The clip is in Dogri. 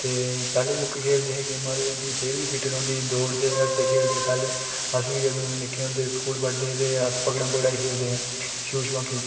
ते पैह्लें जोह्के खेल्लदे हे गेम्मां ते उं'दी सेह्त बी फिट्ट रौंह्दी दौड़दे हे पैह्लें अस बी जदूं निक्के होंदे हे ते स्कूल पढ़दे हे ते अस पगड़न पगड़ाई खेढ़दे हे छूह् छबाकी